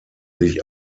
sich